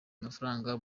amafaranga